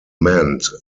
meant